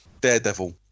Daredevil